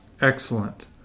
Excellent